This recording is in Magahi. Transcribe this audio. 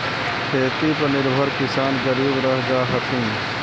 खेती पर निर्भर किसान गरीब रह जा हथिन